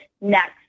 next